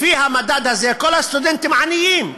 לפי המדד הזה כל הסטודנטים עניים,